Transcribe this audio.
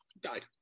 died